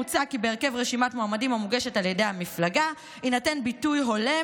מוצע כי בהרכב רשימת מועמדים המוגשת על ידי המפלגה יינתן ביטוי הולם,